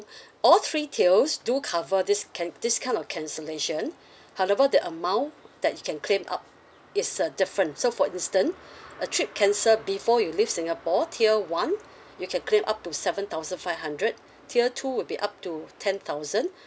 all three tiers do cover this canc~ this kind of cancellation however the amount that you can claim up is err different so for instance a trip cancel before you leave singapore tier one you can claim up to seven thousand five hundred tier two would be up to ten thousands